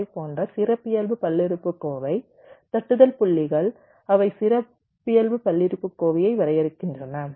ஆரைப் போன்ற சிறப்பியல்பு பல்லுறுப்புக்கோவை தட்டுதல் புள்ளிகள் அவை சிறப்பியல்பு பல்லுறுப்புக்கோவையை வரையறுக்கின்றன